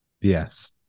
Yes